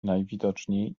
najwidoczniej